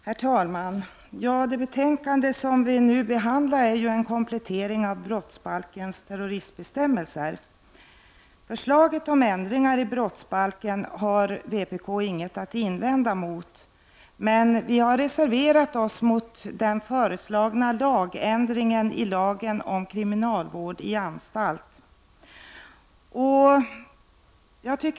Herr talman! Det betänkande som vi nu behandlar rör en komplettering av brottsbalkens terroristbestämmelser. Förslaget om ändringar i brottsbalken har vi i vpk inget att invända emot. Men vi har reserverat oss mot den föreslagna lagändringen i lagen om kriminalvård i anstalt.